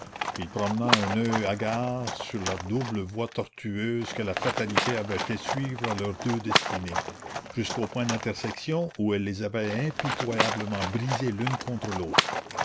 il promena un oeil hagard sur la double voie tortueuse que la fatalité avait fait suivre à leurs deux destinées jusqu'au point d'intersection où elle les avait impitoyablement brisées l'une contre l'autre